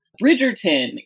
Bridgerton